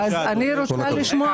אדוני היושב-ראש.